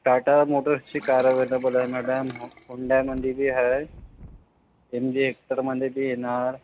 टाटा मोटर्सची कार हवी का बोला मॅडम हुंडाईमध्ये पण आहे एम जे एक्सलमध्ये पण येणार